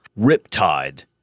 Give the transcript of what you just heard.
Riptide